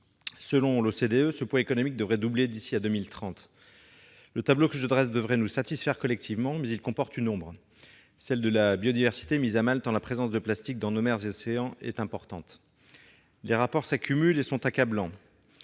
Selon l'OCDE, le poids économique du secteur devrait doubler d'ici à 2030. Le tableau que je brosse devrait nous satisfaire collectivement, mais il comporte une ombre : la biodiversité marine est mise à mal, tant la présence de plastique dans nos mers et océans est importante. Les rapports s'accumulent et sont accablants.